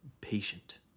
patient